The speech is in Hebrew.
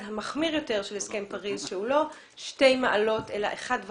המחמיר יותר של הסכם פריז שהוא לא שתי מעלות אלא מעלה וחצי.